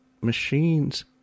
machines